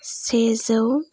सेजौ